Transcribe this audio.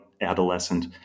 adolescent